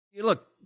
look